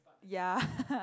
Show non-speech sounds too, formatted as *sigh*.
ya *laughs*